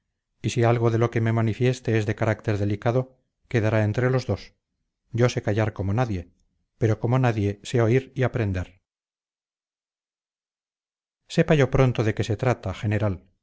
y si algo de lo que me manifieste es de carácter delicado quedará entre los dos yo sé callar como nadie pero como nadie sé oír y aprender sepa yo pronto de qué se trata general